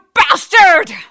bastard